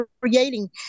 creating